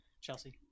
chelsea